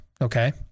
Okay